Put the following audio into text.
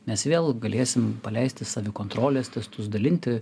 mes vėl galėsim paleisti savikontrolės testus dalinti